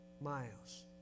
miles